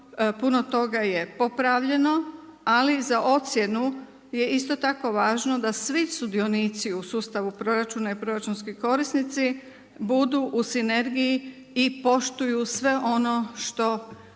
puno toga popravljeno, ali za ocjenu je isto tako važno da svi sudionici u sustavu proračuna i proračunski korisnici budu u sinergiji i poštuju sve ono što